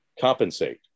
compensate